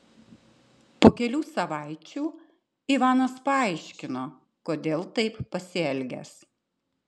po kelių savaičių ivanas paaiškino kodėl taip pasielgęs